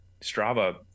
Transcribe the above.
strava